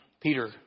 Peter